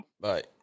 Bye